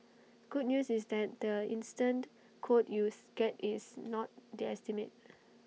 good news is that the instant quote you get is not the estimate